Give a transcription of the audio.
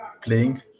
playing